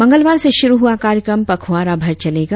मंगलावार से शुरु हुआ कार्यक्रम पखवाड़ा भर चलेगा